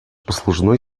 послужной